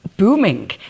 booming